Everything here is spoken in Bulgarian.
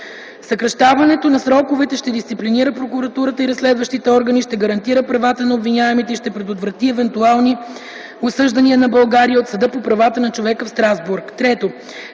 съкращаването на сроковете ще дисциплинира прокуратурата и разследващите органи, ще гарантира правата на обвиняемите и ще предотврати евентуални осъждания на България от Съда по правата на човека в Страсбург;